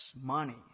money